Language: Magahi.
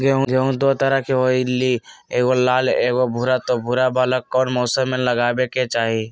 गेंहू दो तरह के होअ ली एगो लाल एगो भूरा त भूरा वाला कौन मौसम मे लगाबे के चाहि?